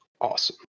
Awesome